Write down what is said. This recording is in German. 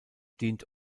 dient